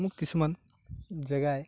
মোক কিছুমান জেগাই